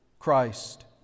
Christ